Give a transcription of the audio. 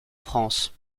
france